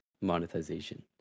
monetization